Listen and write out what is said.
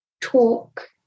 talk